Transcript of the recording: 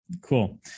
Cool